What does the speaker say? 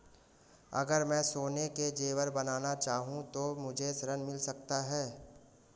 अगर मैं सोने के ज़ेवर बनाना चाहूं तो मुझे ऋण मिल सकता है?